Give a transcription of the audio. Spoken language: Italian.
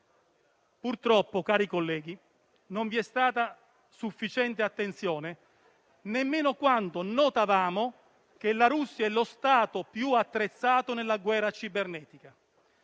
Purtroppo - cari colleghi - non vi è stata sufficiente attenzione nemmeno quando notavamo che la Russia è lo Stato più attrezzato nella guerra cibernetica